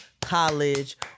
college